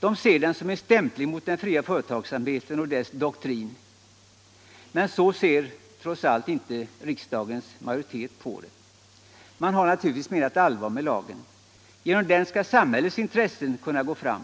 De betraktar den som en stämpling mot den fria företagsamheten och dess doktrin. Men så ser ju trots allt inte riksdagens majoritet på den. Man har menat allvar med lagen och anser att genom den skall samhällets intressen kunna tillvaratas.